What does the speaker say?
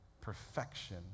perfection